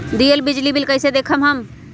दियल बिजली बिल कइसे देखम हम?